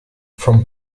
from